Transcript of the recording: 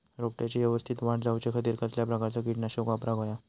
रोपट्याची यवस्तित वाढ जाऊच्या खातीर कसल्या प्रकारचा किटकनाशक वापराक होया?